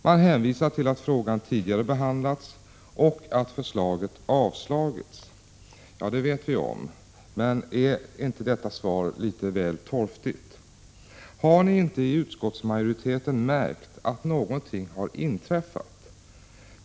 Man hänvisar till att frågan tidigare behandlats och att förslaget avslagits. Ja, det känner vi till, men är inte detta svar litet väl torftigt? Har ni inte i utskottsmajoriteten märkt att någonting inträffat?